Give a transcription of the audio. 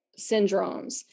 syndromes